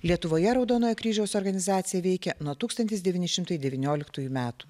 lietuvoje raudonojo kryžiaus organizacija veikia nuo tūkstantis devyni šimtai devynioliktųjų metų